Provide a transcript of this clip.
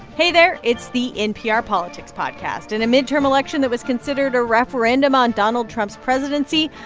hey, there. it's the npr politics podcast. in a midterm election that was considered a referendum on donald trump's presidency,